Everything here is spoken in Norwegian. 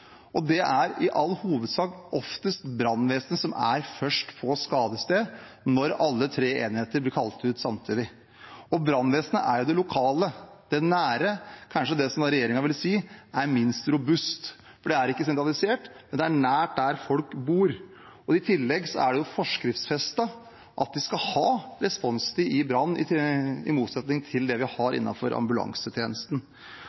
på skadestedet når alle tre enheter blir kalt ut samtidig, og brannvesenet er jo det lokale, det nære, kanskje det som regjeringen ville si er minst robust, for det er ikke sentralisert, men det er nær der folk bor. I tillegg er det forskriftsfestet at de skal ha responstid i brannvesenet, i motsetning til det vi har